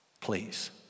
please